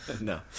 No